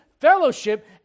fellowship